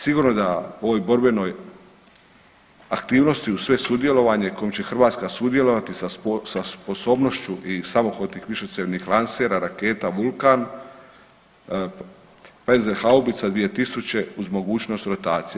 Sigurno da u ovoj borbenoj aktivnosti uz sve sudjelovanje kojom će Hrvatska sudjelovati sa sposobnošću i samohodnih višecjevnih lansera raketa Vulkan, … haubica 2000 uz mogućnost rotacije.